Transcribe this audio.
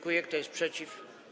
Kto jest przeciw?